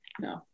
no